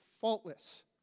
faultless